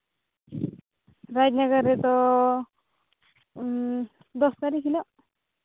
ᱨᱟᱡᱽᱱᱚᱜᱚᱨ ᱨᱮᱫᱚ ᱫᱚ ᱛᱟᱹᱨᱤᱠᱷ ᱦᱤᱞᱳᱜ